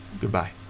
Goodbye